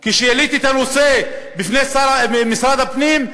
כשהעליתי את הנושא בפני משרד הפנים,